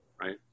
right